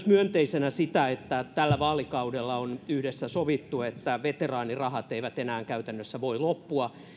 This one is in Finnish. myönteisenä myös sitä että tällä vaalikaudella on yhdessä sovittu että veteraanirahat eivät enää käytännössä voi loppua